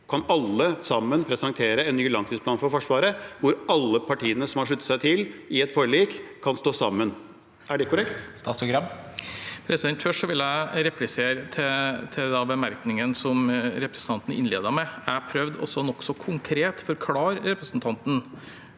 kan alle sammen presentere en ny langtidsplan for Forsvaret, hvor alle partiene som har sluttet seg til den, i et forlik, kan stå sammen. Er det korrekt? Statsråd Bjørn Arild Gram Først vil jeg replisere til den bemerkningen som representanten innledet med. Jeg har prøvd, også nokså konkret, å forklare representanten